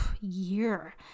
year